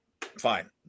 Fine